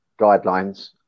guidelines